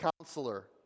counselor